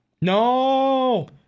No